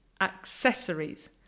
accessories